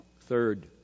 Third